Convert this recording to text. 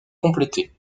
complétée